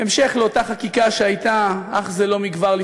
בהמשך לאותה חקיקה שהייתה אך זה לא מכבר,